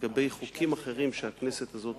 לגבי חוקים אחרים שהכנסת הזאת